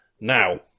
now